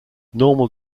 normal